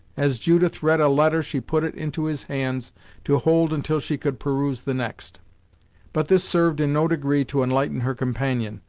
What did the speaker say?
as judith read a letter she put it into his hands to hold until she could peruse the next but this served in no degree to enlighten her companion,